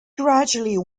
gradually